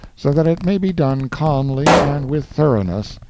so that it may be done calmly and with thoroughness,